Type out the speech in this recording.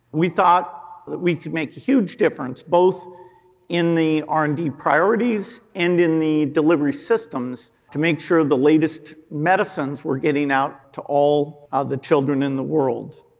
we thought that we could make a huge difference, both in the r and d priorities and in the delivery systems to make sure the latest medicines were getting out to all ah the children in the world.